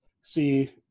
see